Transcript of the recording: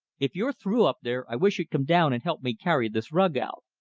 if you're through up there, i wish you'd come down and help me carry this rug out.